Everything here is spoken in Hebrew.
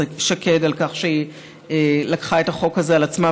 שקד על כך שהיא לקחה את החוק הזה על עצמה,